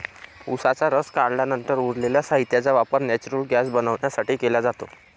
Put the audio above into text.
उसाचा रस काढल्यानंतर उरलेल्या साहित्याचा वापर नेचुरल गैस बनवण्यासाठी केला जातो